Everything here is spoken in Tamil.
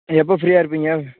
எப்போ ஃப்ரீயா இருப்பீங்க